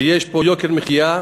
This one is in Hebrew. כך שיש פה יוקר מחיה,